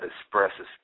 expresses